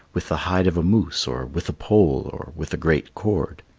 with the hide of a moose, or with a pole, or with a great cord.